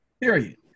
period